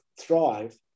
thrive